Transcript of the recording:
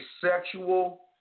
sexual